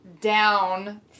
down